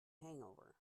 hangover